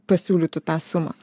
pasiūlytų tą sumą